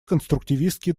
конструктивистский